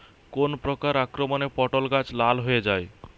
কোন প্রকার আক্রমণে পটল গাছ লাল হয়ে যায়?